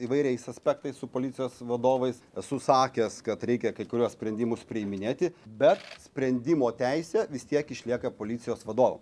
įvairiais aspektais su policijos vadovais esu sakęs kad reikia kai kuriuos sprendimus priiminėti bet sprendimo teisė vis tiek išlieka policijos vadovam